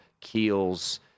Keels